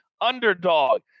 underdog